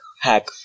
hack